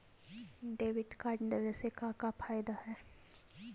Debit card लेवे से का का फायदा है?